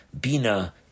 Bina